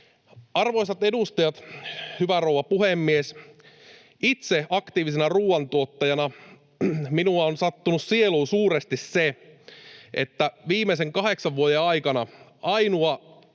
Arvoisat edustajat! Hyvä rouva puhemies! Minua itseäni aktiivisena ruoantuottajana on sattunut sieluun suuresti se, että viimeisen kahdeksan vuoden aikana ainoa